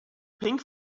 pink